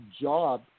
job